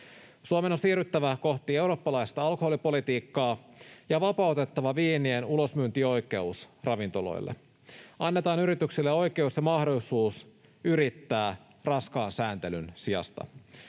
Suomen on siirryttävä kohti eurooppalaista alkoholipolitiikkaa ja vapautettava viinien ulosmyyntioikeus ravintoloille. Annetaan yrityksille oikeus ja mahdollisuus yrittää raskaan sääntelyn sijasta.